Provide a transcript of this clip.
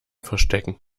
verstecken